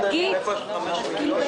הישיבה